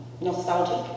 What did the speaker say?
nostalgic